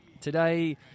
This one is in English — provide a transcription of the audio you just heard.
Today